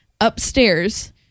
upstairs